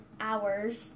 hours